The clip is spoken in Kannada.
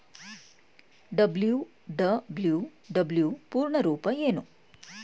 ಡಬ್ಲ್ಯೂ.ಡಬ್ಲ್ಯೂ.ಡಬ್ಲ್ಯೂ ಪೂರ್ಣ ರೂಪ ಏನು?